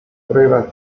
pruebas